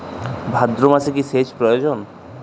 ভাদ্রমাসে কি সেচ প্রয়োজন?